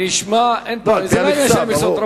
זה לא עניין של מכסות.